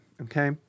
okay